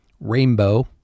rainbow